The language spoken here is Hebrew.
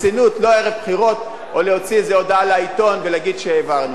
לא ערב בחירות או להוציא איזו הודעה לעיתון ולהגיד שהעברנו את זה.